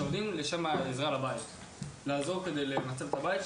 שעובדים על מנת לעזור לבית,